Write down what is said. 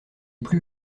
plus